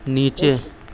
نیچے